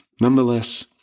Nonetheless